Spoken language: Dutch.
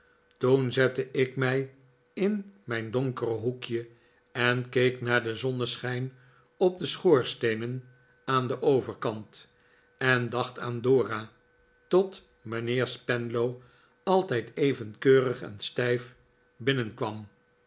toen zette ik mij in mijn donkere hoekje en keek naar den zonneschijn op de schoorsteenen aan den overkant en dacht aan dora tot mijnheer spenlow altijd even keurig en stijf binnenkwam